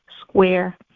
square